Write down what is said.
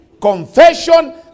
confession